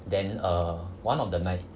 then err one of the night